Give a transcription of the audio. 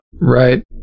Right